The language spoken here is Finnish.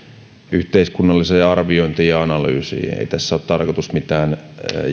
yhteiskunnalliseen arviointiin ja analyysiin ei ei tässä ole tarkoitus mitään